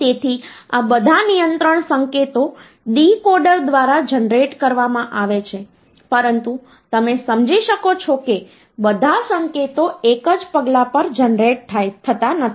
તેથી આ બધા નિયંત્રણ સંકેતો ડીકોડર દ્વારા જનરેટ કરવામાં આવે છે પરંતુ તમે સમજી શકો છો કે બધા સંકેતો એક જ પગલા પર જનરેટ થતા નથી